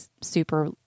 super